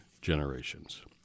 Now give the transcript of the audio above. generations